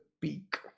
peak